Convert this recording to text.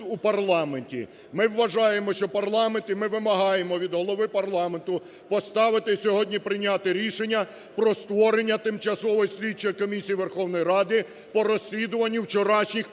Ми вважаємо, що парламент і ми вимагаємо від голови парламенту поставити і сьогодні прийняти рішення про створення тимчасової слідчої комісії Верховної Ради по розслідуванню вчорашніх подій